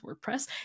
WordPress